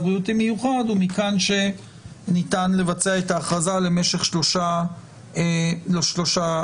בריאותי מיוחד שתוקפה לא יעלה על שלושה חודשים".